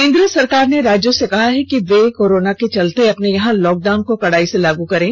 केंद्र सरकार ने राज्यों से कहा है कि वे कोरोना के चलते अपने यहां लॉकडाउन को कड़ाई से लागू करें